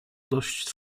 dość